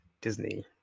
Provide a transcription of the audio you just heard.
disney